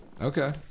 okay